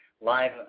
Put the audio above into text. live